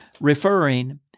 referring